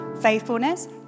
faithfulness